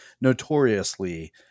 notoriously